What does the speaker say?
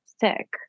sick